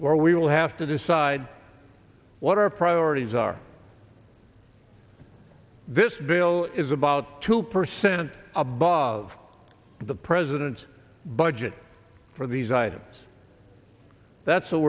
where we will have to decide what our priorities are this bill is about two percent above the president's budget for these items that